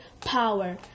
power